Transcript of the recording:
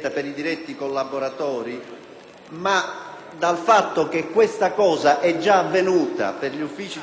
circostanza che questo è già stato fatto per gli uffici di